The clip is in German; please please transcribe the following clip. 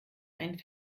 einen